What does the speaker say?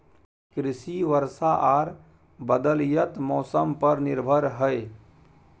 कृषि वर्षा आर बदलयत मौसम पर निर्भर हय